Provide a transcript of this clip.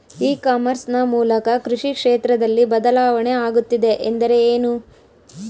E commerce ನ ಮೂಲಕ ಕೃಷಿ ಕ್ಷೇತ್ರದಲ್ಲಿ ಬದಲಾವಣೆ ಆಗುತ್ತಿದೆ ಎಂದರೆ ಏನು?